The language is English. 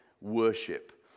worship